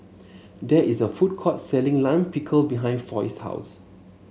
there is a food court selling Lime Pickle behind Foy's house